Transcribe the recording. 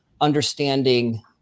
understanding